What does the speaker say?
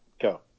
Go